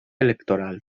electoral